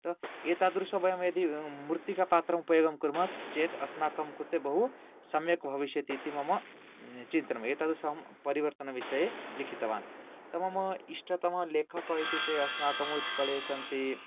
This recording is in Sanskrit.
तत् एतादृश वयं यदि मृत्तिकापात्रम् उपयोगं कुर्मः चेत् अस्माकं कृते बहु सम्यक् भविष्यतीति मम चिन्तनम् एतादृशम् परिवर्तनविसये लिखितवान् इष्टतम लेखकः इत्युक्ते अस्माकम् उत्कले सन्ति